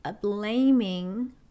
blaming